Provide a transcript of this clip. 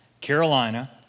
Carolina